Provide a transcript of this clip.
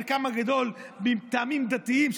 חלקן הגדול מטעמים דתיים,